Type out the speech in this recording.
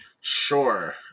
Sure